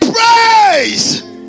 Praise